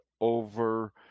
over